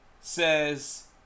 says